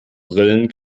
brillen